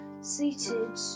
seated